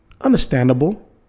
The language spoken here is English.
Understandable